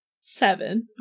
Seven